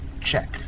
Check